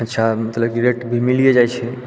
अच्छा मतलब कि रेट मिलिए जाइ छै